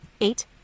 Eight